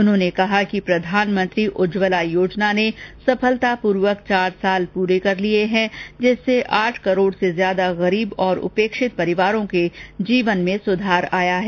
उन्होंने कहा कि प्रधानमंत्री उज्जवला योजना ने सफलतापूर्वक चार साल पूरे कर लिए हैं जिससे आठ करोड़ से ज्यादा गरीब और उपेक्षित परिवारों के जीवन में सुधार आया है